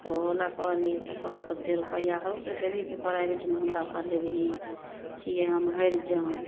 तऽ ओहो लए कहली तऽ कहलक ओते रुपैया हौ से देबही प्राइवेटमे हमरा पढेबही छियै हम हरिजन